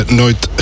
nooit